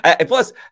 plus